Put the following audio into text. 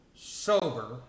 sober